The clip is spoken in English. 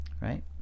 Right